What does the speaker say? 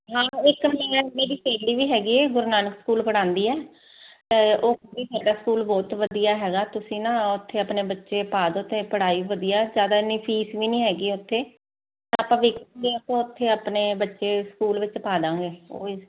ਹਾਂ ਹੈਗੀ ਗੁਰੂ ਨਾਨਕ ਸਕੂਲ ਪਣਾਉਂਦੀ ਹ ਉਹ ਨਹੀਂ ਹੈਗਾ ਸਕੂਲ ਬਹੁਤ ਵਧੀਆ ਹੈਗਾ ਤੁਸੀਂ ਨਾ ਉੱਥੇ ਆਪਣੇ ਬੱਚੇ ਪਾ ਦੋ ਤੇ ਪੜ੍ਹਾਈ ਵਧੀਆ ਜਿਆਦਾ ਇਨੀ ਫੀਸ ਵੀ ਨਹੀਂ ਹੈਗੀ ਉੱਥੇ ਆਪਾਂ ਵੀ ਉੱਥੇ ਆਪਣੇ ਬੱਚੇ ਸਕੂਲ ਵਿੱਚ ਪਾ ਦਾਂਗੇ ਉਹ